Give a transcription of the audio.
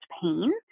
pain